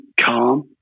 calm